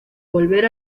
volver